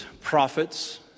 prophets